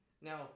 Now